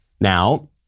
Now